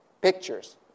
Pictures